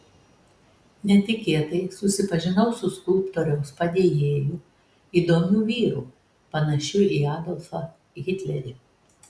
netikėtai susipažinau su skulptoriaus padėjėju įdomiu vyru panašiu į adolfą hitlerį